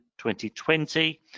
2020